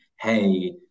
hey